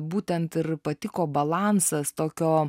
būtent ir patiko balansas tokio